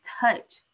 touch